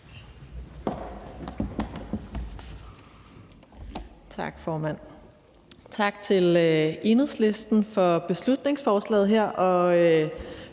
Tak, formand. Tak til Enhedslisten for beslutningsforslaget.